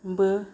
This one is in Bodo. बो